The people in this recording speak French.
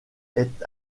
est